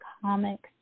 comics